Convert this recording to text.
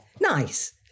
nice